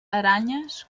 aranyes